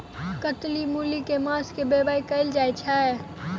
कत्की मूली केँ के मास मे बोवाई कैल जाएँ छैय?